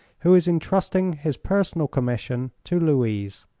who is entrusting his personal commission, to louise.